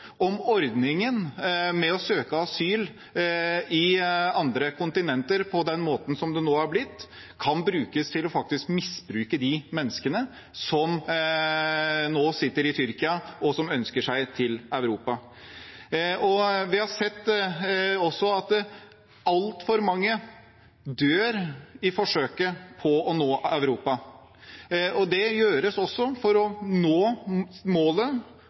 om ordningen med å søke asyl på andre kontinenter, slik det nå er blitt, kan brukes til å misbruke de menneskene som nå sitter i Tyrkia, og som ønsker seg til Europa. Vi har også sett at altfor mange dør i forsøket på å nå Europa – for å nå målet